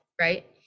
Right